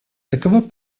такова